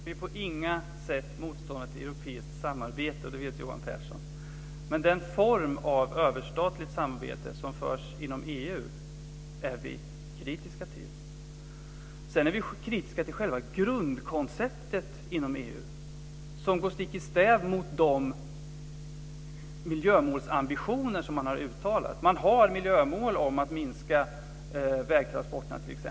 Fru talman! Vi är på inga sätt motståndare till europeiskt samarbete, och det vet Johan Pehrson. Men den form av överstatligt samarbete som sker inom EU är vi kritiska till. Sedan är vi kritiska till själva grundkonceptet inom EU, som går stick i stäv mot de miljömålsambitioner som EU har uttalat. EU har miljömål som går ut på att minska vägtransporterna.